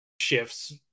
shifts